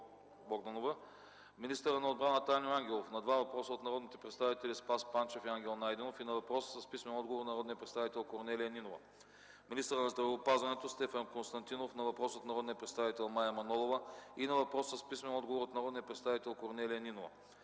министърът на отбраната Аню Ангелов на два въпроса от народните представители Спас Панчев и Ангел Найденов и на въпрос с писмен отговор от народния представител Корнелия Нинова; - министърът на здравеопазването Стефан Константинов на въпрос от народния представител Мая Манолова и на въпрос с писмен отговор от народния представител Корнелия Нинова;